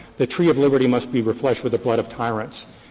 the tree of liberty must be refreshed with the blood of tyrants.